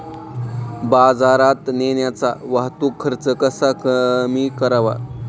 बाजारात नेण्याचा वाहतूक खर्च कसा कमी करावा?